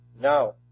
Now